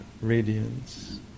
radiance